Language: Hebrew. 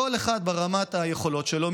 כל אחד ברמת היכולות שלו.